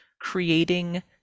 creating